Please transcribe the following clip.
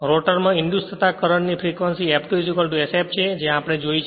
rotor માં induce થતાં current ની ફ્રેક્વંસી F2 sf છે જે આપણે જોઇ છે